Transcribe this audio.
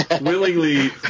willingly